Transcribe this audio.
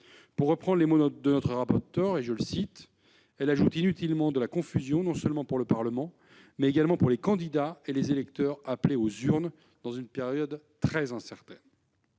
Pour reprendre les mots de notre rapporteur, « elle ajoute inutilement de la confusion non seulement pour le Parlement, mais également pour les candidats et les électeurs appelés aux urnes dans une période déjà très incertaine